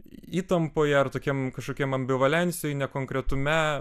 įtampoje ar tokiam kažkokiam ambivalencijoj nekonkretume